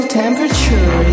temperature